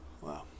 Wow